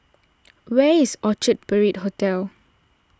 where is Orchard Parade Hotel